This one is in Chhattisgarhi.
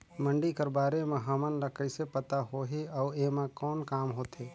मंडी कर बारे म हमन ला कइसे पता होही अउ एमा कौन काम होथे?